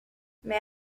may